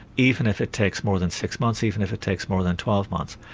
even if it takes more than six months, even if it takes more than twelve months,